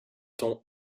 ton